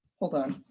hold on.